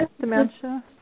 dementia